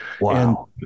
Wow